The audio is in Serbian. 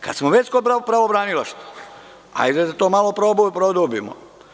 Kad smo već kod pravobranilaštva, hajde da to malo produbimo.